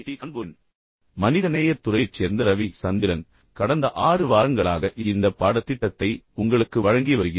D கான்பூரின் மனிதநேயத் துறையைச் சேர்ந்த ரவி சந்திரன் கடந்த 6 வாரங்களாக இந்த பாடத்திட்டத்தை உங்களுக்கு வழங்கி வருகிறேன்